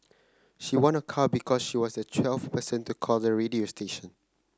she won a car because she was the twelfth person to call the radio station